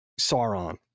Sauron